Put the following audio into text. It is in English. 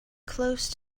close